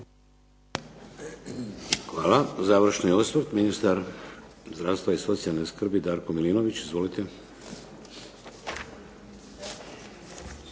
Hvala. Završni osvrt ministar zdravstva i socijalne skrbi Darko Milinović Izvolite.